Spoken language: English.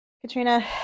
Katrina